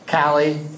Callie